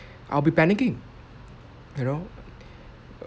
I'll be panicking you know